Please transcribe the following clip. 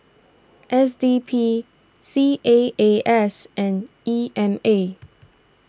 S D P C A A S and E M A